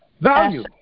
Value